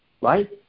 right